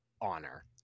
honor